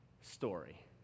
story